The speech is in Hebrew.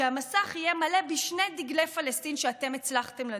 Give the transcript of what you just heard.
שהמסך יהיה מלא בשני דגלי פלסטין שאתם הצלחתם לדוג.